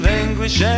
anguish